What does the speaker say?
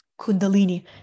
kundalini